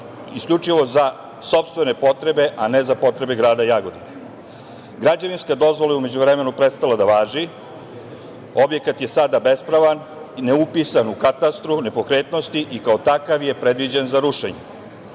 isključivo za sopstvene potrebe, a ne za potrebe grada Jagodine. Građevinska dozvola je u međuvremenu prestala da važi, objekat je sada bespravan, ne upisan u katastru nepokretnosti i kao takav je predviđen za rušenje.